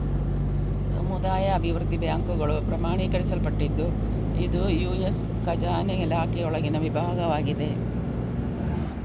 ಸಮುದಾಯ ಅಭಿವೃದ್ಧಿ ಬ್ಯಾಂಕುಗಳು ಪ್ರಮಾಣೀಕರಿಸಲ್ಪಟ್ಟಿದ್ದು ಇದು ಯು.ಎಸ್ ಖಜಾನೆ ಇಲಾಖೆಯೊಳಗಿನ ವಿಭಾಗವಾಗಿದೆ